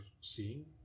seeing